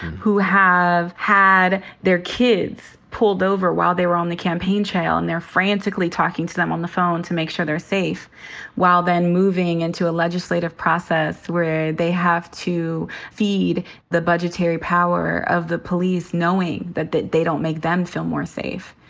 who have had their kids pulled over while they were on the campaign trail and they're frantically talking to them on the phone to make sure they're safe while then moving into a legislative process where they have to feed the budgetary power of the police knowing that that they don't make them feel more safe.